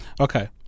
Okay